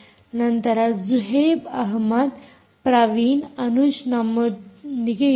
ನಂತರ ಜುಹೈಬ್ ಅಹಮದ್ ಪ್ರವೀಣ್ ಅನುಜ ನಮ್ಮೊಂದಿಗೆ ಇದ್ದರು